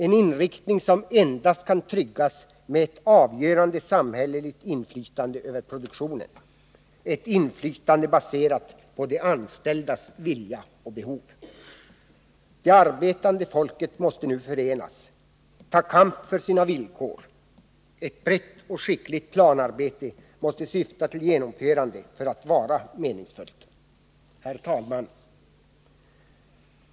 En inriktning som endast kan tryggas med ett avgörande samhälleligt inflytande över produktionen. Ett inflytande som är baserat på de anställdas vilja och behov. Det arbetande folket måste nu förenas, ta kamp för sina villkor. Ett brett och skickligt planarbete måste syfta till genomförande för att vara meningsfullt. Herr talman!